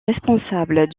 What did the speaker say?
responsable